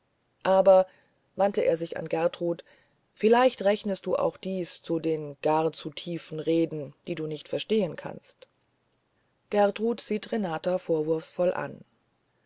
aber wandte er sich an gertrud vielleicht rechnest du auch dies zu den gar zu tiefen reden die du nicht verstehen kannst gertrud sieht renata vorwurfsvoll an